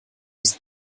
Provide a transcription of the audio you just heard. ist